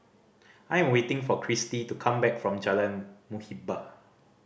I am waiting for Kristy to come back from Jalan Muhibbah